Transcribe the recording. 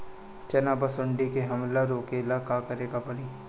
चना पर सुंडी के हमला रोके ला का करे के परी?